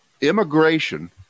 immigration